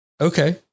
okay